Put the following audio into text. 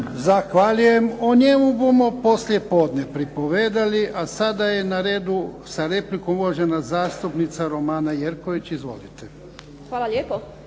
Zahvaljujem. O njemu budemo poslije podne pripovijedali. A sada je na redu sa replikom uvažena zastupnica Romana Jerković. Izvolite. **Jerković,